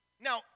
Now